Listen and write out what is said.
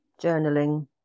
journaling